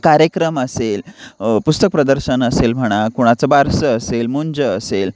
कार्यक्रम असेल पुस्तक प्रदर्शन असेल म्हणा कुणाचं बारसं असेल मुंज असेल